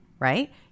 right